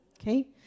okay